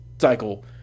cycle